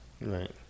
Right